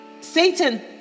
Satan